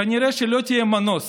כנראה שלא יהיה מנוס